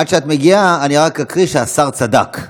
עד שאת מגיעה אני רק אקריא, שהשר צדק.